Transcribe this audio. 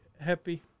happy